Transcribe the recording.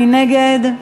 מי נגד?